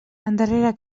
endarrere